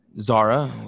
Zara